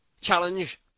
challenge